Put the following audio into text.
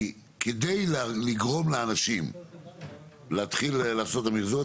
כדי לגרום לאנשים להתחיל לעשות את המחזור,